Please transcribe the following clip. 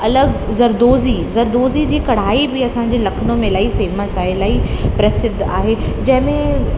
अलॻि ज़रदोज़ी ज़रदोज़ी जी कढ़ाई बि असांजे लखनऊ में इलाही फेमस आहे इलाही प्रसिध्ध आहे जंहिं में